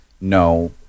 no